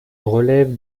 relève